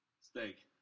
Steak